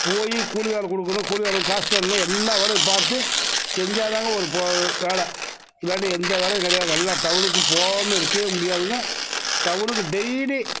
போய் கூலியாளுக்கு கொடுக்கணும் கூலியாளுக்கு காசு தரணும் எல்லா வேலையும் பார்த்து செஞ்சால் தாங்க ஒரு வேலை இல்லாட்டி எந்த வேலையும் கிடையாது எல்லாம் டவுனுக்கு போகாம இருக்கவே முடியாதுங்க டவுனுக்கு டெய்லி